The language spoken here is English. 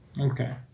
Okay